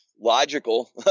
logical